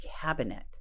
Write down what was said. cabinet